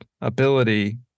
ability